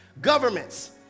Governments